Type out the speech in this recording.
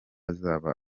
azaba